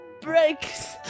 breaks